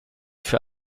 für